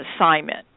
assignment